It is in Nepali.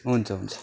हुन्छ हुन्छ